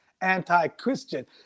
anti-Christian